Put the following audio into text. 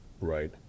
right